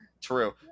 True